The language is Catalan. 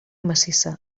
massissa